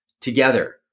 together